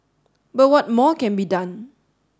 but what more can be done